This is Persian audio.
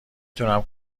تونم